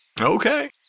Okay